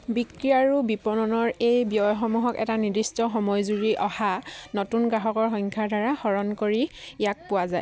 বিক্ৰী আৰু বিপণনৰ এই ব্যয়সমূহক এটা নিৰ্দিষ্ট সময় জুৰি অহা নতুন গ্ৰাহকৰ সংখ্যাৰদ্বাৰা হৰণ কৰি ইয়াক পোৱা যায়